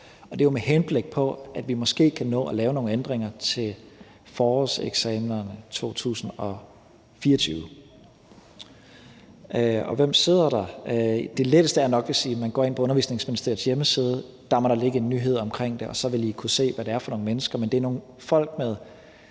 det er jo, med henblik på at vi måske kan nå at lave nogle ændringer til forårseksamenerne 2024. Og hvem sidder der? Det letteste er nok at sige, at man går ind på Undervisningsministeriets hjemmeside. Der må ligge en nyhed omkring det dér, og så vil man kunne se, hvad det er for nogle mennesker, men det er folk med